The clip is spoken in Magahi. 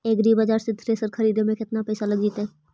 एग्रिबाजार से थ्रेसर खरिदे में केतना पैसा लग जितै?